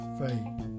faith